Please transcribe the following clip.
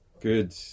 Good